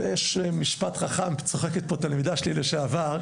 יש משפט חכם, צוחקת פה תלמידה שלי לשעבר,